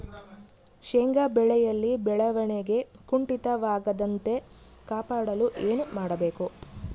ಶೇಂಗಾ ಬೆಳೆಯಲ್ಲಿ ಬೆಳವಣಿಗೆ ಕುಂಠಿತವಾಗದಂತೆ ಕಾಪಾಡಲು ಏನು ಮಾಡಬೇಕು?